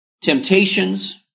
temptations